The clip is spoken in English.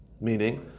Meaning